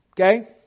Okay